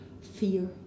fear